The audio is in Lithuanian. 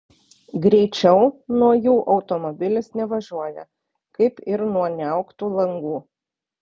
greičiau nuo jų automobilis nevažiuoja kaip ir nuo niauktų langų